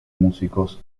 músicos